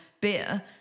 beer